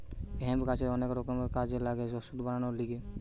hemp গাছের অনেক রকমের কাজে লাগে ওষুধ বানাবার লিগে